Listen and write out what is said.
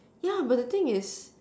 yeah but the thing is